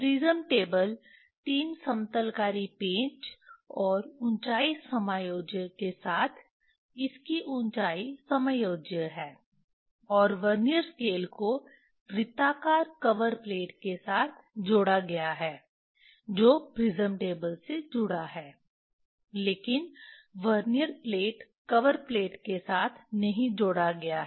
prism table 3 समतलकारी पेच और ऊंचाई समायोज्य के साथ इसकी ऊंचाई समायोज्य है और वर्नियर स्केल को वृत्ताकार कवर प्लेट के साथ जोड़ा गया है जो प्रिज्म टेबल से जुड़ा है लेकिन वर्नियर प्लेट कवर प्लेट के साथ नहीं जोड़ा गया है